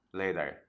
later